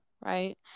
right